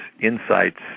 insights